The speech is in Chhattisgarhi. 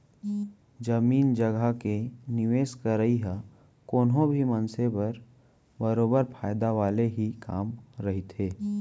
जमीन जघा के निवेस करई ह कोनो भी मनसे बर बरोबर फायदा वाले ही काम रहिथे